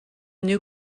new